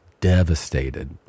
devastated